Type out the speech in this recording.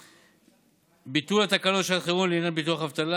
; ביטול התקנות לשעת חירום לעניין ביטוח אבטלה,